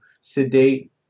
sedate